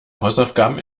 hausaufgaben